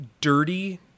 dirty